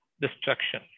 destruction